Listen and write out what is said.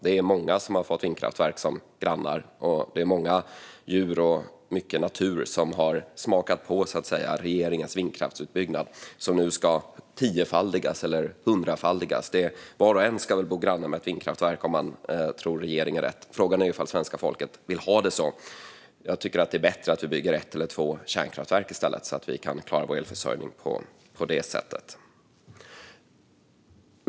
Det är många som har fått vindkraftverk som grannar, och det är många djur och mycket natur som så att säga har smakat på regeringens vindkraftsutbyggnad, som nu ska tiofaldigas eller hundrafaldigas. Var och en ska väl bo granne med ett vindkraftverk, om man får tro regeringen. Frågan är om svenska folket vill ha det så. Jag tycker att det är bättre att vi bygger ett eller två kärnkraftverk i stället, så att vi kan klara vår elförsörjning på det sättet.